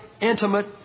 intimate